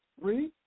Read